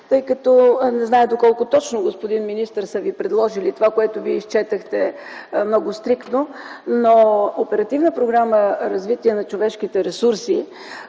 Тъй като не зная доколко точно, господин министър, са Ви предложили това, което изчетохте много стриктно, но, Оперативна програма „Развитие на човешките ресурси”